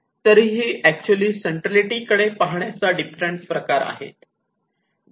तरीही actually centrality कडे पाहण्याचे डिफरंट प्रकार आहेत